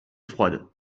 froide